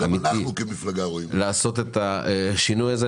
לעשות את השינוי הזה.